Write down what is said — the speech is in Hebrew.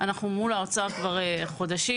אנחנו מול האוצר כבר חודשים.